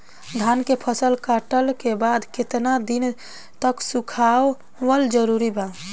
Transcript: धान के फसल कटला के बाद केतना दिन तक सुखावल जरूरी बा?